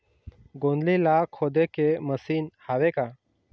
गोंदली ला खोदे के मशीन हावे का?